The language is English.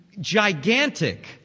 gigantic